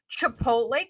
Chipotle